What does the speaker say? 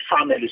family